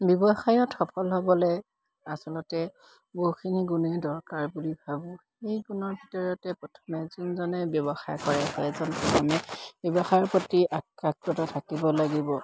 ব্যৱসায়ত সফল হ'বলে আচলতে বহুখিনি গুণেই দৰকাৰ বুলি ভাবোঁ সেই গুণৰ ভিতৰতে প্ৰথমে যোনজনে ব্যৱসায় কৰে হয় এজন প্ৰথমে ব্যৱসায়ৰ প্ৰতি থাকিব লাগিব